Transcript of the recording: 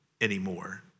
anymore